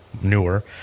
newer